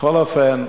בכל אופן,